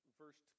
verse